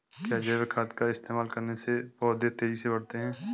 क्या जैविक खाद का इस्तेमाल करने से पौधे तेजी से बढ़ते हैं?